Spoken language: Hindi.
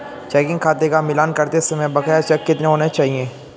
चेकिंग खाते का मिलान करते समय बकाया चेक कितने होने चाहिए?